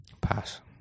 Pass